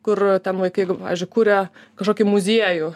kur ten vaikai jeigu pavyzdžiui kuria kažkokį muziejų